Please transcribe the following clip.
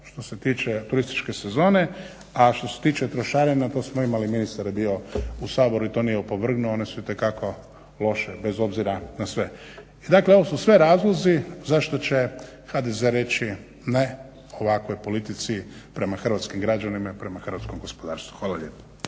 što se tiče turističke sezone a što se tiče trošarina to smo imali ministar je bio u Saboru i on nije opovrgnuo one su itekako loše bez obzira na sve. Dakle ovo su sve razlozi zašto će HDZ reći ne ovakvoj politici prema hrvatskim građanima i prema hrvatskom gospodarstvu. Hvala lijepo.